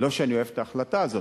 לא שאני אוהב את ההחלטה הזאת.